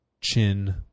chin